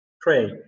Pray